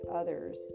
others